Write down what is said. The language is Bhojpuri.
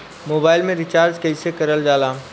मोबाइल में रिचार्ज कइसे करल जाला?